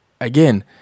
again